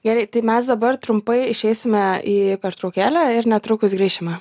gerai tai mes dabar trumpai išeisime į pertraukėlę ir netrukus grįšime